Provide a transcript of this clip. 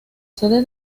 sede